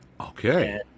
Okay